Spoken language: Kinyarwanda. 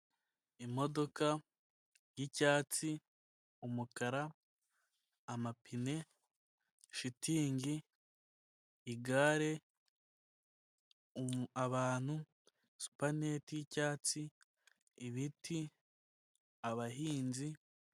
Imodoka yicyatsi, umukara, amapine, shitingi, igare ,abantu, supaneti y'icyatsi, ibiti, abahinzi.